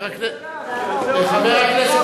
חבר הכנסת